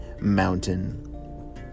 mountain